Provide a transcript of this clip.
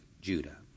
Judah